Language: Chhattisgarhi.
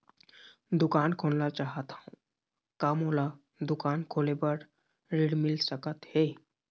दुकान खोलना चाहत हाव, का मोला दुकान खोले बर ऋण मिल सकत हे?